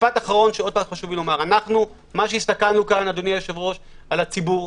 הסתכלנו על הציבור.